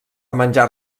menjar